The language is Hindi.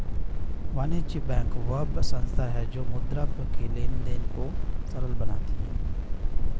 वाणिज्य बैंक वह संस्था है जो मुद्रा के लेंन देंन को सरल बनाती है